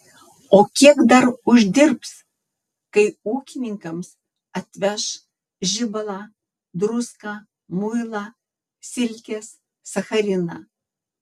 o kiek dar uždirbs kai ūkininkams atveš žibalą druską muilą silkes sachariną